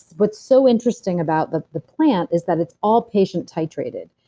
what's so interesting about the the plant is that it's all patient-titrated.